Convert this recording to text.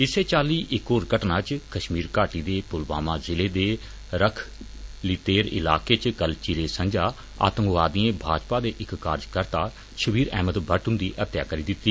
इस्सै चाल्ली इक होर घटना इच कश्मीर घाटी दे पुलवामा जिले दे रख लित्तेर इलाके च कल चिरें संजा आतंकवादिएं भाजपा दे इक कार्जकर्ता शब्बीर अहमद भट्ट हुंदी हत्या करी दित्ती